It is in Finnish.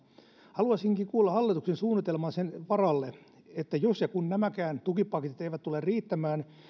haluaisinkin kuulla hallituksen suunnitelman sen varalle että jos ja kun nämäkään tukipaketit eivät tule riittämään